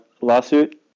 lawsuit